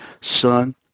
son